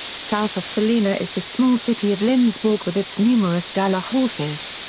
south of salina is the small city of lindsborg with its numerous dala horses.